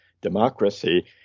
democracy